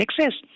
access